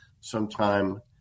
sometime